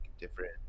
different